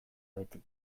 beti